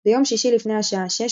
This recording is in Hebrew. ביום שישי לפני השעה 1800,